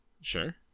Sure